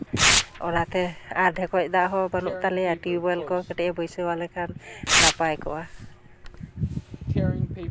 ᱚᱱᱟᱛᱮ ᱟᱨ ᱰᱷᱮᱠᱚᱡ ᱫᱟᱜ ᱦᱚᱸ ᱵᱟᱹᱱᱩᱜ ᱛᱟᱞᱮᱭᱟ ᱴᱤᱭᱩᱵᱽᱚᱭᱮᱞ ᱠᱚ ᱠᱟᱹᱴᱤᱡᱼᱮ ᱵᱟᱹᱭᱥᱟᱹᱣᱟᱞᱮ ᱠᱷᱟᱱ ᱱᱟᱯᱟᱭ ᱠᱚᱜᱼᱟ